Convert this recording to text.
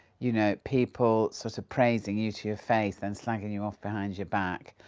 you know, people sort of praising you to your face then slagging you off behind your back,